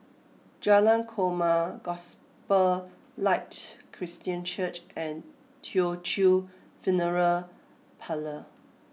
Jalan Korma Gospel Light Christian Church and Teochew Funeral Parlour